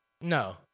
No